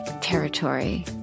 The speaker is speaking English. territory